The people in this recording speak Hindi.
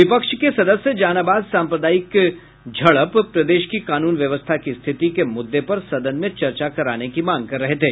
विपक्ष के सदस्य जहानाबाद साम्प्रदायिक झड़प प्रदेश की कानून व्यवस्था की स्थिति के मुद्दे पर सदन में चर्चा कराने की मांग कर रहे थे